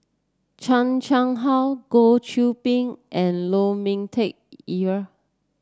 Chan Chang How Goh Qiu Bin and Lu Ming Teh ear